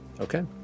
Okay